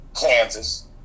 Kansas